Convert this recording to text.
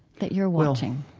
that you're watching?